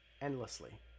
endlessly